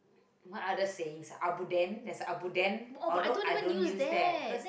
what other sayings ah abuden there's abuden although I don't use that cause